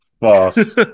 Boss